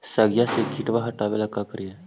सगिया से किटवा हाटाबेला का कारिये?